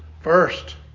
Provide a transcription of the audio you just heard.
First